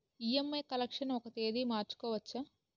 EMI collection ఒక తేదీ మార్చుకోవచ్చా?